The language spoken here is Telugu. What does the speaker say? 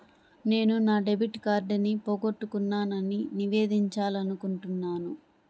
నేను నా డెబిట్ కార్డ్ని పోగొట్టుకున్నాని నివేదించాలనుకుంటున్నాను